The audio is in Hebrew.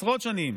עשרות שנים,